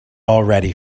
already